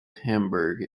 hamburg